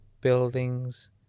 buildings